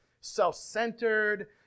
self-centered